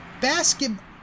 basketball